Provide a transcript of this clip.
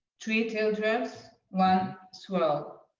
three teardrops, one swirl